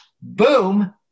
boom